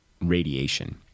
radiation